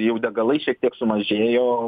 jau degalai šiek tiek sumažėjo